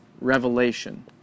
revelation